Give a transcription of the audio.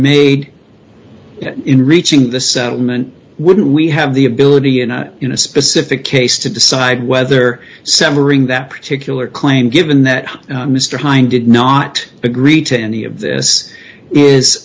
made in reaching the settlement would we have the ability and you know a specific case to decide whether severing that particular claim given that mr hind did not agree to any of this is